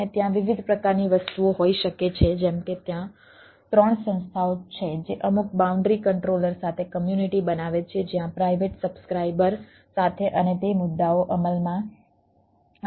અને ત્યાં વિવિધ પ્રકારની વસ્તુઓ હોઈ શકે છે જેમ કે ત્યાં ત્રણ સંસ્થાઓ છે જે અમુક બાઉન્ડ્રી કંટ્રોલર સાથે કમ્યુનિટી બનાવે છે જ્યાં પ્રાઇવેટ સબ્સ્ક્રાઇબર સાથે અને તે મુદ્દાઓ અમલમાં આવે છે